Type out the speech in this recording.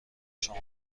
شما